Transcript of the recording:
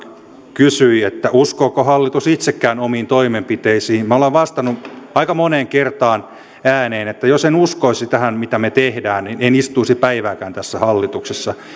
kysyi uskooko hallitus itsekään omiin toimenpiteisiinsä minä olen vastannut aika moneen kertaan ääneen että jos en uskoisi tähän mitä me teemme en istuisi päivääkään tässä hallituksessa